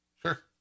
sure